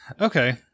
Okay